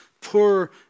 poor